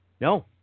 No